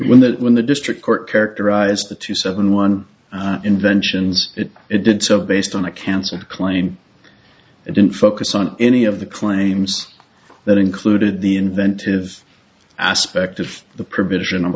when that when the district court characterized the two seven one inventions that it did so based on a cancer claim it didn't focus on any of the claims that included the inventive aspect of the provision of